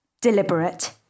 Deliberate